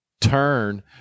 turn